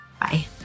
Bye